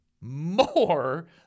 more